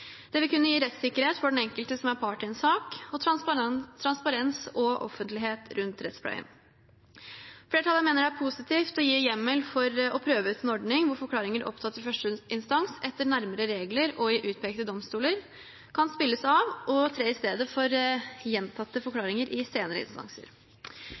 en sak, og transparens og offentlighet rundt rettspleien. Flertallet mener det er positivt å gi hjemmel for å prøve ut en ordning hvor forklaringer opptatt i førsteinstans etter nærmere regler og i utpekte domstoler kan spilles av og tre i stedet for gjentatte forklaringer i senere instanser.